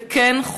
וכן,